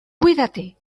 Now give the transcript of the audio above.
cuidate